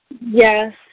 Yes